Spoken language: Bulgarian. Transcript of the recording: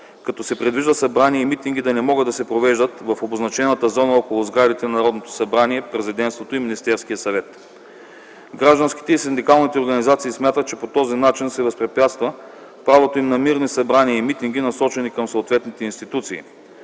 като се предвижда събрания и митинги да не могат да се провеждат в обозначената зона около сградите на Народното събрание, Президентството и Министерския съвет. Гражданските и синдикалните организации смятат, че по този начин се възпрепятства правото им на мирни събрания и митинги, насочени към съответните институции.